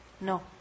No